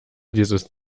dieses